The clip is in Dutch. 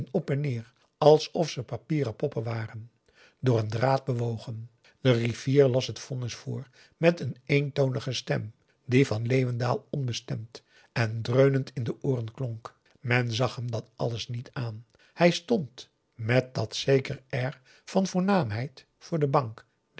op en neer alsof ze papieren poppen waren door een draad bewogen de griffier las het vonnis voor met een eentonige p a daum de van der lindens c s onder ps maurits stem die van leeuwendaal onbestemd en dreunend in de ooren klonk men zag hem dat alles niet aan hij stond met dat zeker air van voornaamheid voor de bank